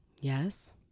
Yes